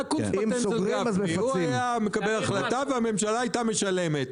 הוא היה מקבל החלטה והממשלה הייתה משלמת.